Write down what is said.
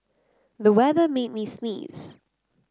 the weather made me sneeze